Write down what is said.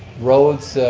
roads,